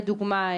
לדוגמא,